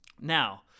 Now